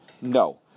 No